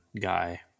guy